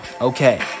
Okay